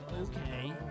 okay